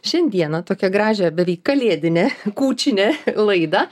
šiandieną tokią gražią beveik kalėdinę kūčinę laidą